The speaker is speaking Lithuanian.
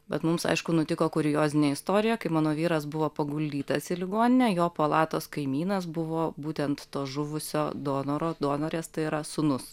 bet mums aišku nutiko kuriozinė istorija kai mano vyras buvo paguldytas į ligoninę jo palatos kaimynas buvo būtent to žuvusio donoro donorės tai yra sūnus